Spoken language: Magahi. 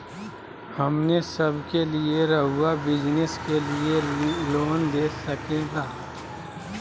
हमने सब के लिए रहुआ बिजनेस के लिए लोन दे सके ला?